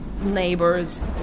neighbors